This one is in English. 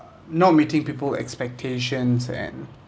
uh not meeting people expectations and